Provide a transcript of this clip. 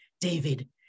David